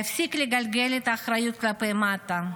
להפסיק לגלגל את האחריות כלפי מטה.